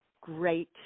great